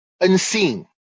unseen